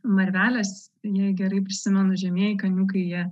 marvelės jei gerai prisimenu žemieji kaniūkai jie